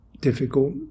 Difficult